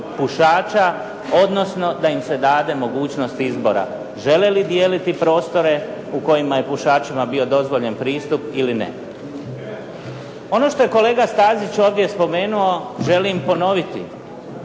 pušača, odnosno da im se dade mogućnost izbora žele li dijeliti prostore u kojima je pušačima bio dozvoljen pristup ili ne. Ono što je kolega Stazić ovdje spomenuo želim ponoviti.